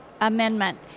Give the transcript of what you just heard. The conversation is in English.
amendment